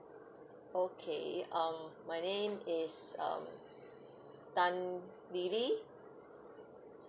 okay um my name is um tan lili